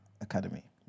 Academy